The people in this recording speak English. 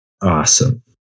Awesome